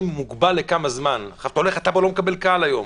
אתה הולך, הטאבו לא מקבל קהל היום.